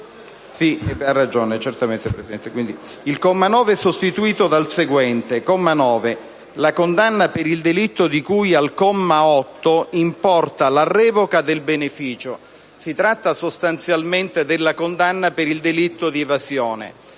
al numero 4) della lettera *b)* il comma 9 è sostituito dal seguente: «La condanna per il delitto di cui al comma 8 importa la revoca del beneficio». Si tratta sostanzialmente della condanna per il delitto di evasione.